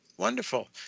Wonderful